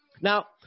Now